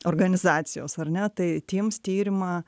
organizacijos ar ne tai tims tyrimą